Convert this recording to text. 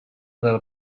del